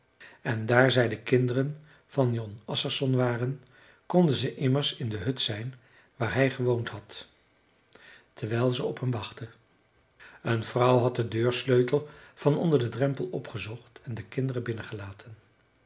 en daar zij de kinderen van jon assarsson waren konden ze immers in de hut zijn waar hij gewoond had terwijl ze op hem wachtten een vrouw had den deursleutel van onder den drempel opgezocht en de kinderen binnen